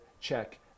check